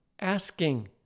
asking